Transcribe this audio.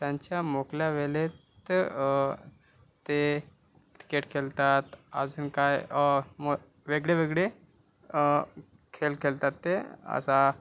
त्यांच्या मोकळ्या वेळेत ते ते क्रिकेट खेळतात अजून काही मग वेगळे वेगळे खेळ खेळतात ते असा